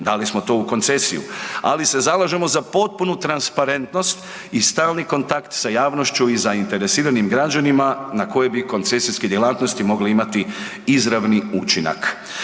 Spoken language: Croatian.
dali smo to u koncesiju, ali se zalažemo za potpunu transparentnost i stalni kontakt sa javnošću i sa zainteresiranim građanima na koje bi koncesijske djelatnosti mogle imati izravni učinak.